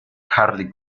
harley